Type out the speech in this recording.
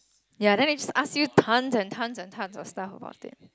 ya then they ask you tons and tons of stuff about it